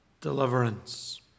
deliverance